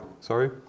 sorry